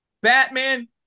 Batman